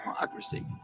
democracy